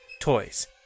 toys